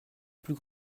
plus